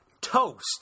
Toast